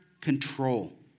control